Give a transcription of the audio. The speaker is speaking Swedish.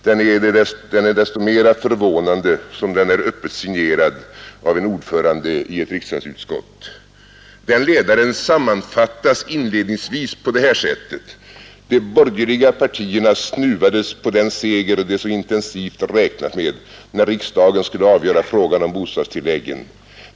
Den är desto mera förvånande som den är öppet signerad av en ordförande i ett riksdagsutskott. Den ledaren sammanfattas inledningsvis på det här sättet: ”De borgerliga partierna snuvades på den seger de så intensivt räknat med när riksdagen skulle avgöra frågan om bostadstilläggen.